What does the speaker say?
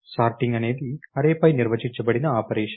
shorting అనేది అర్రేపై నిర్వచించబడిన ఆపరేషన్